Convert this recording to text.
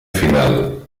final